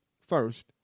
first